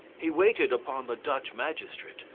he waited upon the dutch magistrate,